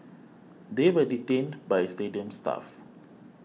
they were detained by stadium staff